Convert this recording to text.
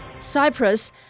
Cyprus